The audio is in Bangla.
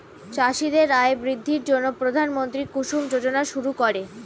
চাষীদের আয় বৃদ্ধির জন্য প্রধানমন্ত্রী কুসুম যোজনা শুরু করেন